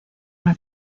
una